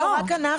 לא, רק אנחנו.